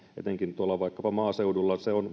etenkin vaikkapa maaseudulla sitä on